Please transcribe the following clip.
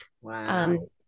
Wow